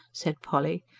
said polly,